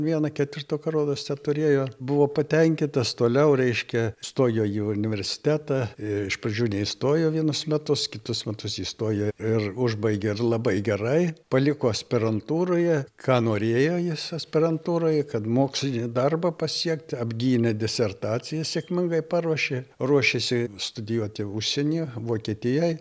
vieną ketvirtuką rodos teturėjo buvo patenkintas toliau reiškia stojo į universitetą iš pradžių neįstojo vienus metus kitus metus įstojo ir užbaigė ir labai gerai paliko aspirantūroje ką norėjo jis aspirantūroje kad mokslinį darbą pasiekti apgynė disertaciją sėkmingai paruošė ruošėsi studijuoti užsienyje vokietijoj